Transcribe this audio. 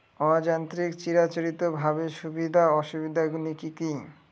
অযান্ত্রিক চিরাচরিতভাবে সুবিধা ও অসুবিধা গুলি কি কি?